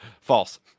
false